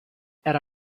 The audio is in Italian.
era